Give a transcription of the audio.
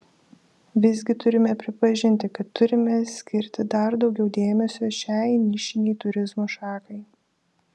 visgi turime pripažinti kad turime skirti dar daugiau dėmesio šiai nišinei turizmo šakai